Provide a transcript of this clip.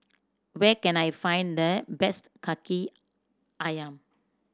where can I find the best Kaki Ayam